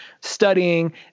studying